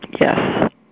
Yes